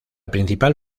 principal